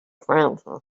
francis